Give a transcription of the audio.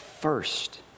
first